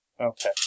Okay